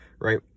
right